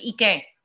Ike